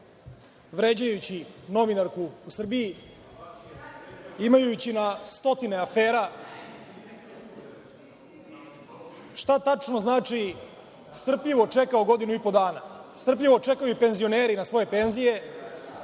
vređajući novinarku u Srbiji, imajući na stotine afera? Šta tačno znači strpljivo čekao godinu i po dana? strpljivo čekaju i penzioneri na svoje penzije,